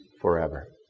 forever